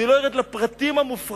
אני לא ארד לפרטים המופרכים,